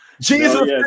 Jesus